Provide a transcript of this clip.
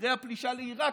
אחרי הפלישה לעיראק,